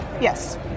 Yes